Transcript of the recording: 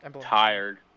tired